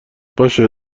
باشه